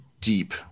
deep